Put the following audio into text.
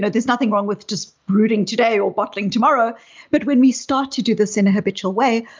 but there's nothing wrong with just brooding today or bottling tomorrow but when we start to do this in a habitual way,